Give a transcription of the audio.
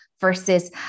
versus